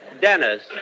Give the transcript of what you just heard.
Dennis